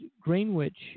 Greenwich